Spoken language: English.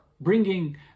bringing